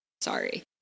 Sorry